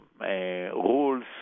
rules